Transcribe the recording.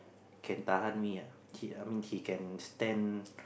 can tahan me ah she I mean she can stand